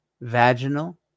vaginal